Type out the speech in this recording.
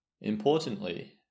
Importantly